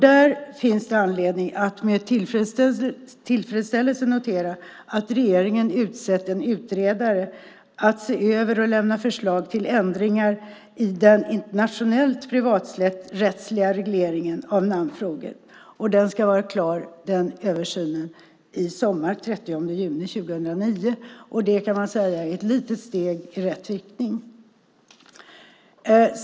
Där finns det anledning att med tillfredsställelse notera att regeringen har utsett en utredare som ska se över och lämna förslag till ändringar i den internationellt privaträttsliga regleringen av namnfrågor. Den översynen ska vara klar i sommar, den 30 juni 2009. Det är, kan man säga, ett litet steg i rätt riktning.